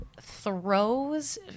throws